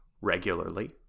regularly